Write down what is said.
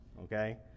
Okay